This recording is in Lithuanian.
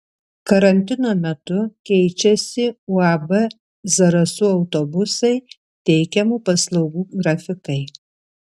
karantino metu keičiasi uab zarasų autobusai teikiamų paslaugų grafikai